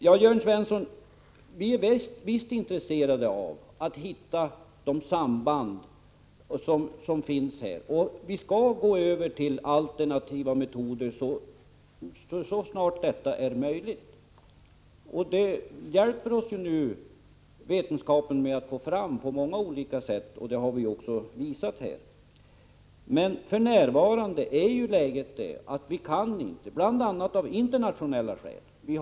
Vi är, Jörn Svensson, visst intresserade av att finna sambanden härvidlag, och vi skall gå över till alternativa metoder så snart som möjligt. Vetenskapen hjälper oss också på många olika sätt, vilket vi också har visat. För närvarande är läget det att vi inte kan gå längre, bl.a. på grund av internationella förhållanden.